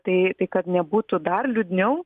tai tai kad nebūtų dar liūdniau